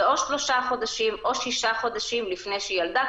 זה שלושה חודשים או שישה חודשים לפני שהיא ילדה,